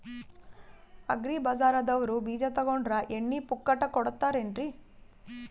Agri ಬಜಾರದವ್ರು ಬೀಜ ತೊಗೊಂಡ್ರ ಎಣ್ಣಿ ಪುಕ್ಕಟ ಕೋಡತಾರೆನ್ರಿ?